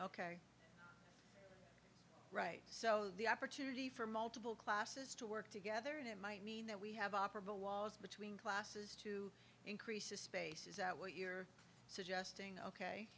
ok right so the opportunity for multiple classes to work together it might mean that we have operable walls between classes to increase the spaces that what you're suggesting ok